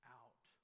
out